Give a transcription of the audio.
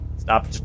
Stop